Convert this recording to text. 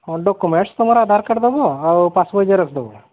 ହଁ ଡକ୍ୟୁମେଣ୍ଟସ୍ ତମର ଆଧାର କାର୍ଡ଼ ଦେବ ଆଉ ପାସ୍ ବହି ଜେରକ୍ସ୍ ଦେବ